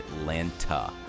Atlanta